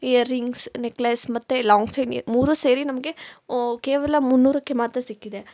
earrings necklace ಮತ್ತೆ long ಚೈನ್ಗೆ ಮೂರು ಸೇರಿ ನಮಗೆ ಕೇವಲ ಮುನ್ನೂರಕ್ಕೆ ಮಾತ್ರ ಸಿಕ್ಕಿದೆ